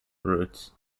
roots